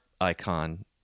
icon